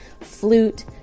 flute